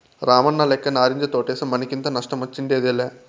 రామన్నలెక్క నారింజ తోటేస్తే మనకింత నష్టమొచ్చుండేదేలా